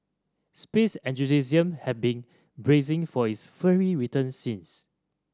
space have been bracing for its fiery return since